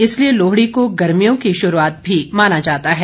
इसीलिए लोहड़ी को गर्भियों की शुरूआत भी माना जाता है